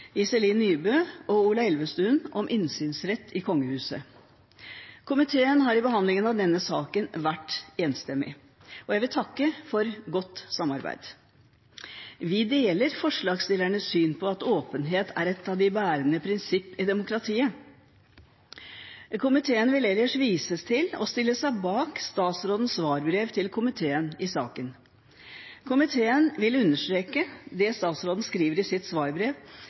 Iselin Nybø og Ola Elvestuen, om innsynsrett i kongehuset. Komiteen har i behandlingen av denne saken vært enstemmig, og jeg vil takke for godt samarbeid. Vi deler forslagsstillernes syn på at åpenhet er et av de bærende prinsippene i demokratiet. Komiteen vil ellers vise til og stiller seg bak statsrådens svarbrev til komiteen i saken. Komiteen vil understreke det statsråden skriver i sitt svarbrev,